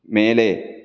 மேலே